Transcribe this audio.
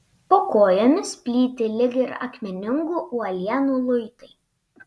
po kojomis plyti lyg ir akmeningų uolienų luitai